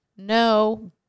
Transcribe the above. No